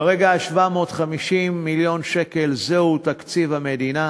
כרגע 750 מיליון שקל, זהו תקציב המדינה.